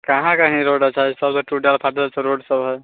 कहाँ कहीँ रोड अच्छा हइ सब तऽ टूटल फाटल रोडसब हइ